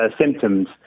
symptoms